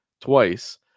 twice